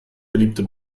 beliebte